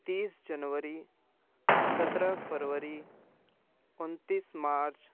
तीस जनवरी सत्रह फरवरी उनतीस मार्च